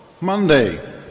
Monday